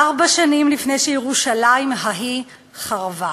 ארבע שנים לפני שירושלים ההיא חרבה.